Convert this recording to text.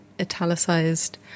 italicized